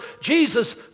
Jesus